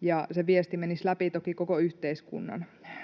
ja se viesti menisi läpi toki koko yhteiskunnan.